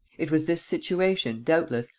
it was this situation, doubtless,